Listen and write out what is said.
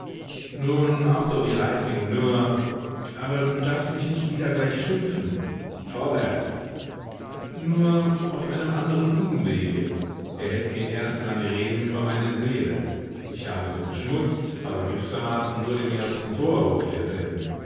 nun auch so wie reiting nur aber du darfst mich nicht wieder gleich schimpfen vorwärts nur auf einem anderen umwege er hält mir erst lange reden über meine seele ich habe sie beschmutzt aber gewissermaßen nur den ersten vorhof derselben